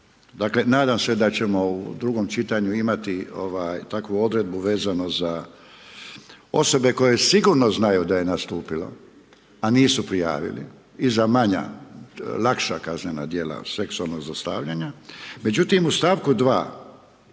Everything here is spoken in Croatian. govorio, nadam se da ćemo u drugom čitanju imati takvu odredbu vezano za osobe koje sigurno znaju da je nastupilo, a nisu prijavili i za manja, lakša kaznena dijela seksualnog zlostavljanja,